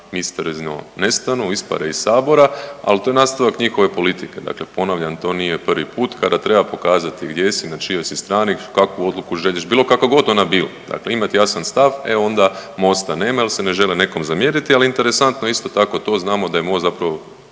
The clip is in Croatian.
misteriozno nestanu, ispare iz sabora, al to je nastavak njihove politike, dakle ponavljam to nije prvi put kada treba pokazati gdje si i na čijoj si strani, kakvu odluku želiš, bilo kakva god ona bila, dakle imati jasan stav, e onda Mosta nema jel se ne žele nekome zamjeriti, a interesantno je isto tako to znamo da je Most zapravo